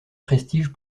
prestige